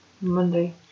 Monday